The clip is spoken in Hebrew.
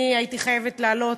אני הייתי חייבת לעלות,